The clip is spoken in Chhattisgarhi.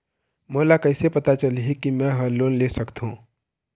मोला कइसे पता चलही कि मैं ह लोन ले सकथों?